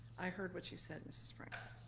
i heard what you said, mrs. franks.